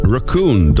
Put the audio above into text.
Raccoon